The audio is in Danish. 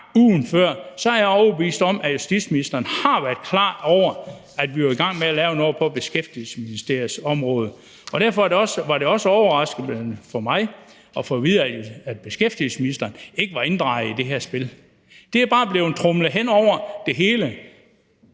ugen før, er jeg overbevist om, at justitsministeren var klar over, at vi var i gang med at lave noget på Beskæftigelsesministeriets område. Og derfor var det også overraskende for mig at få at vide, at beskæftigelsesministeren ikke var inddraget i det her spil. Det er bare blevet tromlet hen over det hele.